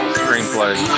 screenplay